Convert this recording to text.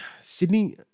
Sydney